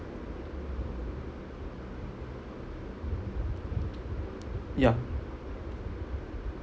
ya